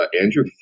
Andrew